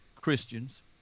Christians